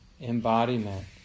embodiment